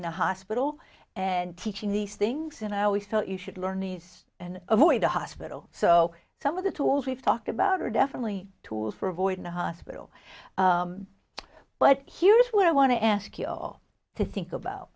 in a hospital and teaching these things and i always thought you should learn these and avoid the hospital so some of the tools we've talked about are definitely tools for avoiding hospital but here's what i want to ask you to think about